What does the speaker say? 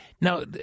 Now